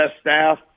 staff